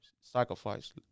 sacrifice